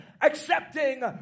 Accepting